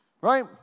Right